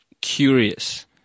curious